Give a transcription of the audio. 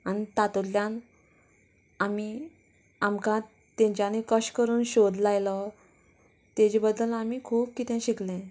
आनी तातूंतल्यान आमी आमकां तांच्यानी कशे करून शोद लायलो ताजे बद्दल आमी खूब कितें शिकलीं